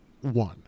one